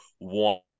want